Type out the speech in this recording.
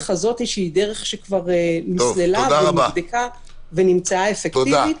הזאת שהיא דרך שכבר נסללה ונבדקה ונמצאה אפקטיבית,